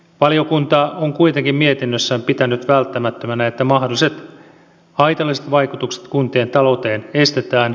valiokunta on kuitenkin mietinnössään pitänyt välttämättömänä että mahdolliset haitalliset vaikutukset kuntien talouteen estetään